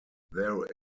there